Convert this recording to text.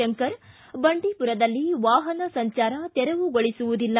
ಶಂಕರ ಬಂಡಿಪುರದಲ್ಲಿ ವಾಹನ ಸಂಜಾರ ತೆರವುಗೊಳಿಸುವುದಿಲ್ಲ